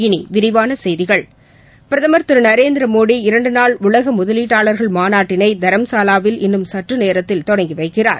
இனிவிரிவானசெய்திகள் பிரதமர் திருநரேந்திரமோடி இரண்டுநாள் உலகமுதலீட்டாளர்கள் மாநாட்டினைதரம்சாவாவில் இன்னும் சற்றுநேரத்தில் தொடங்கிவைக்கிறார்